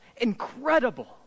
Incredible